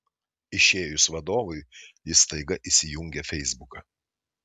išėjus vadovui jis staiga įsijungia feisbuką